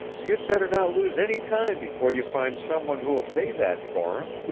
you'd better not lose any time before you find someone who will pay that for him.